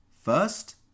First